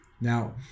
Now